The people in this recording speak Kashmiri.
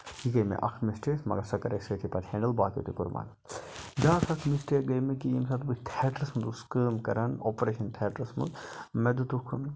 یہِ گٔے مےٚ اکھ مِسٹیک مگر سۄ کٔر اَسہِ سۭتی پَتہٕ ہینڈل باقٕے تہٕ کوٚر بنٛد بیاکھ اکھ مِسٹیک گٔے مےٚ کہِ یمہِ ساتہٕ بہٕ تھیٚٹرس مَنٛز اوسُس کٲم کَران آپریشَن تھیٹرس مَنٛز مےٚ دِتُکھ